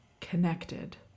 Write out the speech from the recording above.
connected